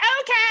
Okay